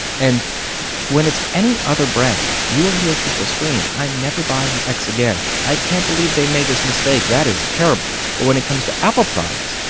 and when it's any other brand you will hear people scream i'm never buying x again! i can't believe they made this mistake, that is terrible! but when it comes to apple products,